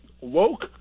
woke